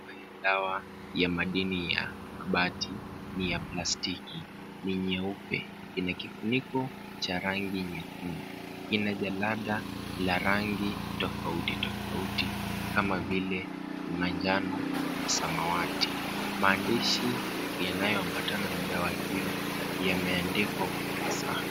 Dawa ya madini ya bati, ni ya plastiki ni nyeupe, ina kifuniko cha rangi nyekundu. Ina jalada la rangi tofauti tofauti kama vile manjano, samawati. Maandishi yanayoambatana na dawa hiyo, yameandikwa kwa ufasaha.